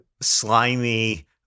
slimy